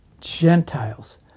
Gentiles